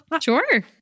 Sure